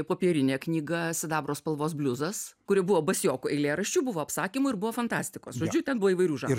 popierinė knyga sidabro spalvos bliuzas kuri buvo basioko eilėraščių buvo apsakymų ir buvo fantastikos žodžiu ten buvo įvairių žan